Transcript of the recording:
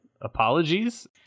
apologies